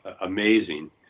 amazing